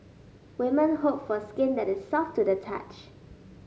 women hope for skin that is soft to the touch